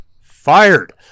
Fired